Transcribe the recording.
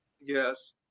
yes